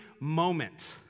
moment